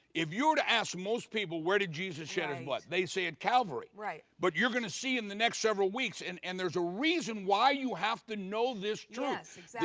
if you were to ask most people where did jesus shed his and blood, they say in calvary. right. but you're going to see in the next several weeks and and there's a reason why you have to know this truth.